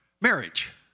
marriage